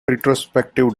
retrospective